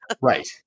Right